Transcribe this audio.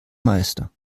meister